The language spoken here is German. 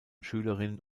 schülerinnen